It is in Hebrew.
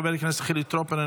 חבר הכנסת חילי טרופר,